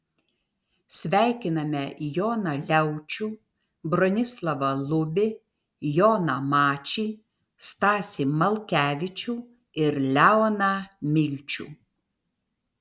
sveikiname joną liaučių bronislovą lubį joną mačį stasį malkevičių ir leoną milčių